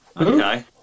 Okay